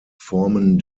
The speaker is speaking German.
formen